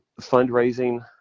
fundraising